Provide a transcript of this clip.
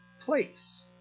place